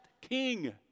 king